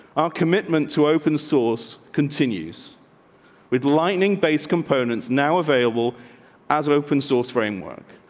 our commitment to open source continues with lightning base components now available as open source frameworks.